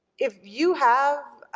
if you have